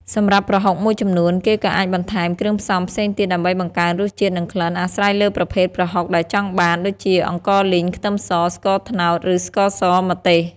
សម្រាប់ប្រហុកមួយចំនួន គេក៏អាចបន្ថែមគ្រឿងផ្សំផ្សេងទៀតដើម្បីបង្កើនរសជាតិ និងក្លិន អាស្រ័យលើប្រភេទប្រហុកដែលចង់បាន ដូចជា អង្ករលីង ខ្ទឹមស ស្ករត្នោត ឬស្ករស ម្ទេស។